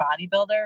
bodybuilder